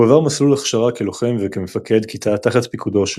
הוא עבר מסלול הכשרה כלוחם וכמפקד כיתה תחת פיקודו של